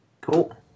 Cool